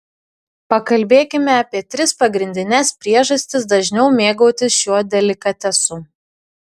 pakalbėkime apie tris pagrindines priežastis dažniau mėgautis šiuo delikatesu